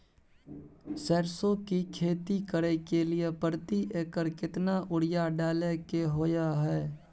सरसो की खेती करे के लिये प्रति एकर केतना यूरिया डालय के होय हय?